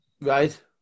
right